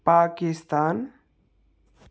Pakistan